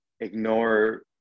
ignore